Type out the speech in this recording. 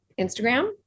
instagram